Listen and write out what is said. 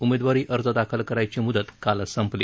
उमेदवारी अर्ज दाखल करायची मुद्त कालच संपली